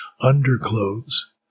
underclothes